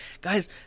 Guys